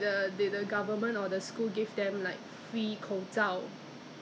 err err you know the the five hundred M_L at least of err sanitizer